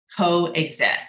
coexist